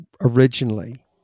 originally